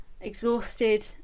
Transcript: Exhausted